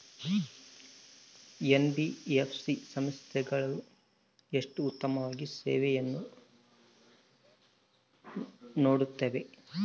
NBFC ಸಂಸ್ಥೆಗಳು ಎಷ್ಟು ಉತ್ತಮವಾಗಿ ಸೇವೆಯನ್ನು ನೇಡುತ್ತವೆ?